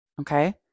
Okay